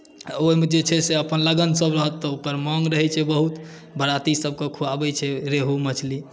आ ओहिमे जे छै अपन लगनसभ रहत तऽ ओकर माँग रहैत छै बहुत बरातीसभकेँ खुआबैत छै रेहू मछली